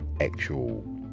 actual